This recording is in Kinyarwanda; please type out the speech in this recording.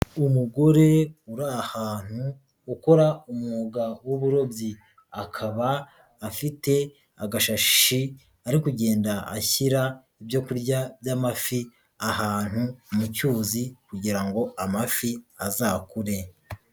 Umugore uri ahantutu ukora umwuga w'uburobyi, akaba afite agashashi ari kugenda ashyira ibyo kurya by'amafi ahantu mu cyuzi kugira ngo amafi azakure.